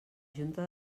junta